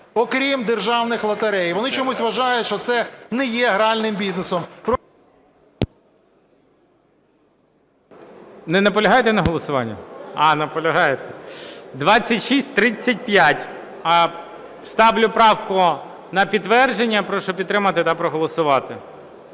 окрім державних лотерей. Вони чомусь вважають, що це не є гральним бізнесом. ГОЛОВУЮЧИЙ. Не наполягаєте на голосуванні? А, наполягаєте. 2635. Ставлю правку на підтвердження. Прошу підтримати та проголосувати.